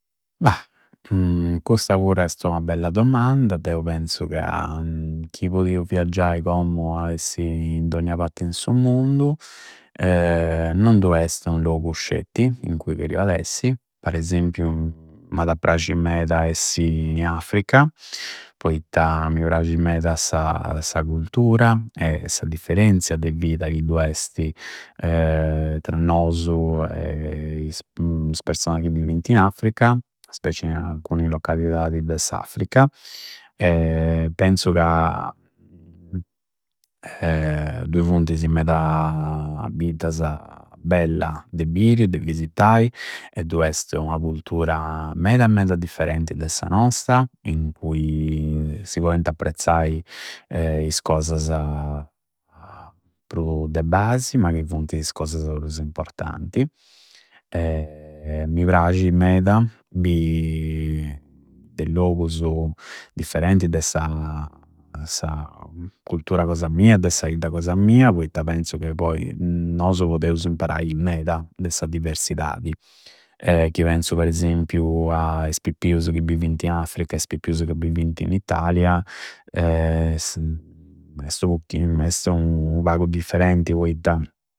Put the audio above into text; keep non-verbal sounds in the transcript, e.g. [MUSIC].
Bha, custa pura esti ua bella domanda! Deu penzu ca chi podiu viaggiai commu a essi in dogna patti in su mundu [HESITATION] non du esti un logu scetti in cui cheriu essi. Par esempiu m'ada prasci meda essi in Africa, poitta mi prasci meda sa sa cultura e sa differenzia de vida chi du esti [HESITATION] tra nosu [HESITATION] e is personasa chi bivinti in Africa, speci in alcuni localidadi de s'Africa. [HESITATION] Penzu ca, [HESITATION] dui funtisi meda biddasa bella de briri e de vistai e du esti ua cultura meda meda differenti de sa nosta, in cui si pointi apprezzai [HESITATION] is cosasa pru de basi, ma chi funtisi is cosasa prusu importanti. [HESITATION] Mi prasci meda bi de i logusu differenti de sa, de sa cultura cosa mia, de sa bidda cosa mia poitta penzu che poi nosu podeusu imparai meda de sa diversidadi. Chi penzu per esempiu a is pippiusu chi bivinti in Africa e is pippiusu chi bivinti in Italia [HESITATION] su chi m'esti u pagu differenti poitta.